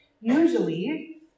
Usually